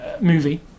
movie